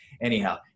anyhow